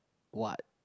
what